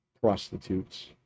Prostitutes